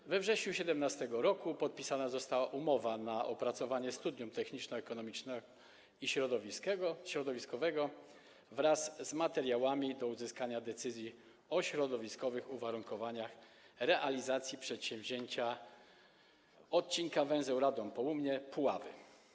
We wrześniu 2017 r. podpisana została umowa na opracowanie studium techniczno-ekonomicznego i środowiskowego wraz z materiałami do uzyskania decyzji o środowiskowych uwarunkowaniach realizacji przedsięwzięcia odcinka węzeł Radom Południe - Puławy.